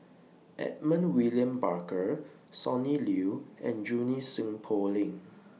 Edmund William Barker Sonny Liew and Junie Sng Poh Leng